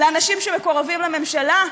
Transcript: לאנשים שמקורבים לממשלה?